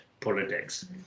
politics